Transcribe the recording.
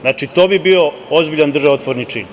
Znači, to bi bio ozbiljan državotvorni čin.